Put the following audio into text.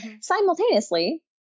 Simultaneously